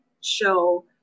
show